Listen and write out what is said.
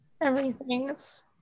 everything's